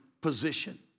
position